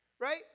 right